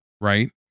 right